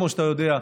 כמו שאתה יודע,